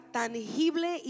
tangible